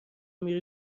میره